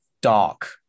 dark